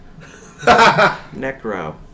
Necro